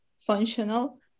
functional